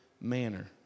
manner